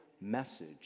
message